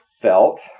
felt